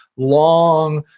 long,